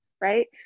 right